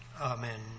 Amen